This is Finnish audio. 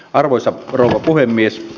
arvoisa rouva puhemies